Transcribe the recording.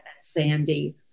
Sandy